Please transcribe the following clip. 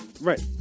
Right